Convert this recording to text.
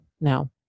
Now